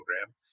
program